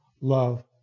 love